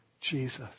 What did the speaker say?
Jesus